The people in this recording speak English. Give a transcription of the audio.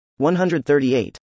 138